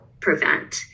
prevent